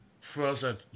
frozen